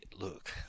look